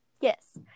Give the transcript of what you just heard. Yes